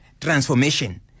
transformation